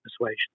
persuasion